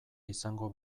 izango